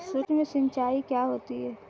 सुक्ष्म सिंचाई क्या होती है?